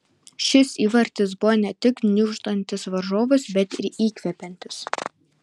šis įvartis buvo ne tik gniuždantis varžovus bet ir įkvepiantis